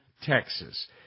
Texas